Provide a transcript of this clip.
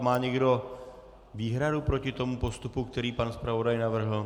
Má někdo výhradu proti tomu postupu, který pan zpravodaj navrhl?